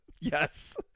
yes